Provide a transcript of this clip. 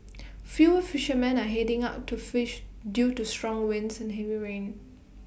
fewer fishermen are heading out to fish due to strong winds and heavy rain